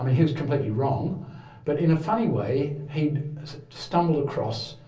um he was completely wrong but in a funny way he'd stumbled across